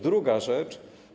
Druga rzecz.